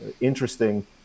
interesting